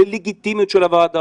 על הלגיטימיות שלה.